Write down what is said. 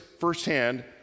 firsthand